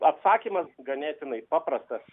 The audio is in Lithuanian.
atsakymas ganėtinai paprastas